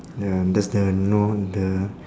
ya that's the know the